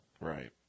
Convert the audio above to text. right